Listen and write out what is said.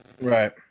Right